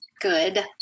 Good